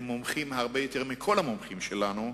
הם מומחים הרבה יותר מכל המומחים שלנו,